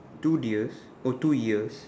two deers oh two ears